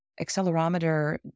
accelerometer